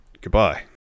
Goodbye